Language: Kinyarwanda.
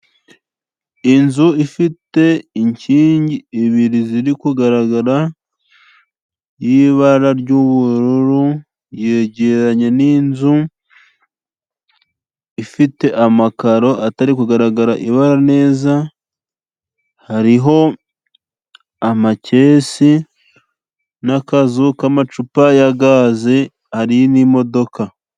Inzu ifite inkingi ebyiri ziri kugaragara y'ibara ry'ubururu, yegeranye n'inzu ifite amakaro atari kugaragara ibara neza, hariho amakesi n'akazu k'amacupa ya gaze, hari n'imodoka.